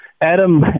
Adam